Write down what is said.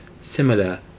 similar